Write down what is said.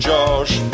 Josh